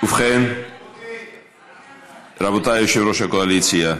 ובכן, רבותיי, יושב-ראש הקואליציה,